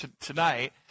tonight